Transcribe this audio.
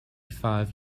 five